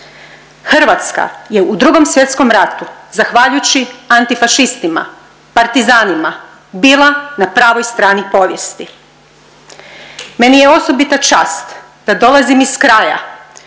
Hrvatska je u Drugom svjetskom ratu zahvaljujući antifašistima, partizanima bila na pravoj strani povijesti. Meni je osobita čast da dolazim iz kraja